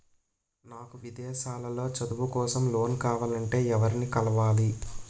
నాకు విదేశాలలో చదువు కోసం లోన్ కావాలంటే ఎవరిని కలవాలి?